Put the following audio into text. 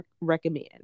recommend